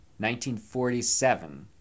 1947